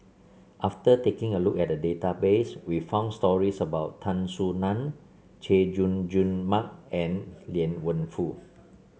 after taking a look at the database we found stories about Tan Soo Nan Chay Jung Jun Mark and Liang Wenfu